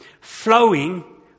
flowing